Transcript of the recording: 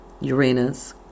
Uranus